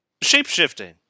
Shapeshifting